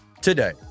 today